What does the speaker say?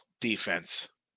defense